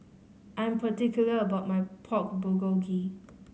I'm particular about my Pork Bulgogi